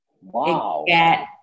Wow